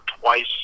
twice